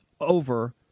over